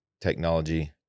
technology